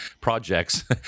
projects